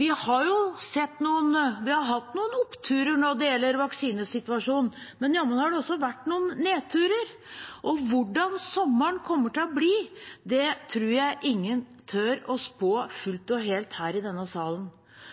Vi har hatt noen oppturer når det gjelder vaksinesituasjonen, men jammen har det også vært noen nedturer, og hvordan sommeren kommer til å bli, tror jeg ingen tør å spå fullt og helt her i denne salen.